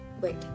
Wait